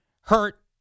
hurt